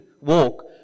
walk